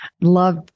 love